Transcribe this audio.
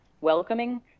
welcoming